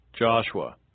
Joshua